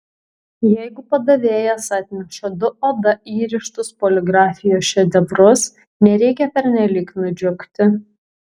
jeigu padavėjas atneša du oda įrištus poligrafijos šedevrus nereikia pernelyg nudžiugti